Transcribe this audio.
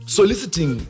Soliciting